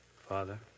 Father